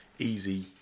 Easy